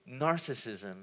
narcissism